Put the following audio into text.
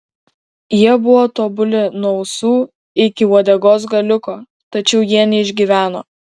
jie buvo tobuli nuo ausų iki uodegos galiuko tačiau jie neišgyveno